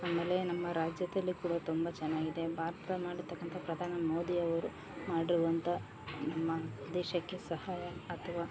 ಆಮೇಲೆ ನಮ್ಮ ರಾಜ್ಯದಲ್ಲಿ ಕೂಡ ತುಂಬ ಚೆನ್ನಾಗಿದೆ ಭಾರ್ತ ಮಾಡ್ತಕ್ಕಂಥ ಪ್ರಧಾನ ಮೋದಿಯವರು ಮಾಡುವಂಥ ನಮ್ಮ ದೇಶಕ್ಕೆ ಸಹಾಯ ಅಥ್ವ